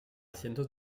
cientos